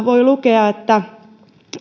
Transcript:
voi lukea että